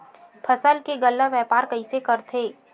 फसल के गल्ला व्यापार कइसे करथे?